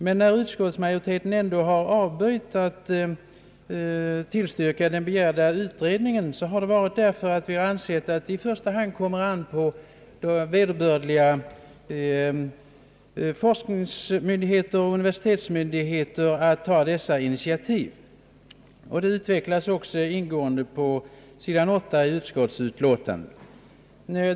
Men när utskottsmajoriteten i alla fall avböjt att tillstyrka den begärda utredningen, beror det på att vi anser att det i första hand skall ankomma på vederbörliga forskningsorgan och universitetsmyndigheter att ta dessa initiativ; det utvecklas ingående på sid. 8 i utskottsutlåtandet.